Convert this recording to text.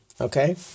Okay